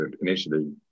initially